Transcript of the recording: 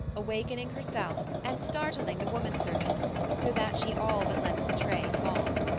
awakening herself, and startling the womanservant so that she all but lets the tray fall.